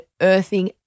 earthing